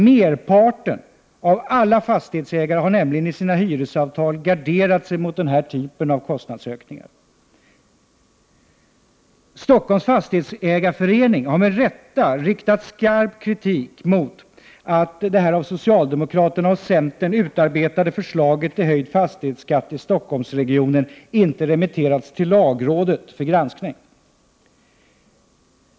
Merparten av alla fastighetsägare har nämligen i sina hyresavtal garderat sig mot denna typ av kostnadsökningar. Stockholms fastighetsägareförening har med rätta riktat skarp kritik mot att det av socialdemokraterna och centern utarbetade förslaget till höjd fastighetsskatt i Stockholmsregionen inte remitterats till lagrådet för granskning.